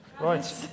Right